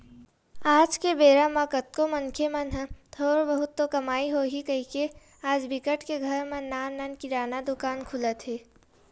आज के बेरा म कतको मनखे मन ह थोर बहुत तो कमई होही कहिके आज बिकट के घर म नान नान किराना दुकान खुलत हे